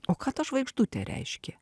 o ką ta žvaigždutė reiškė